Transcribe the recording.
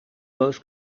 both